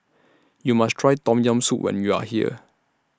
YOU must Try Tom Yam Soup when YOU Are here